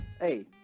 hey